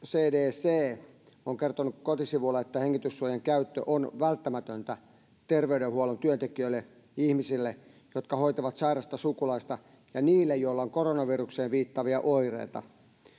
cdc on kertonut kotisivuillaan että hengityssuojan käyttö on välttämätöntä ter veydenhuollon työntekijöille ihmisille jotka hoitavat sairasta sukulaista ja niille joilla on koronavirukseen viittaavia oireita